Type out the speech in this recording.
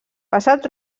passat